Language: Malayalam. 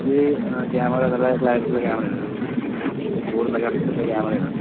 അതിൽ ക്യാമറ നല്ല ക്ലാരിറ്റിയുള്ള നല്ല ക്യാമറയാണ് ഒരു നൂറ് മെഗാ പിക്സലിൻ്റെ ക്യാമറയാണ്